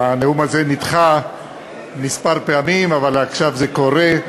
הנאום הזה נדחה כמה פעמים, אבל עכשיו זה קורה.